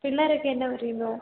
പിള്ളേരൊക്കെ എന്നാ പറയുന്നു